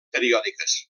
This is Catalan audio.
periòdiques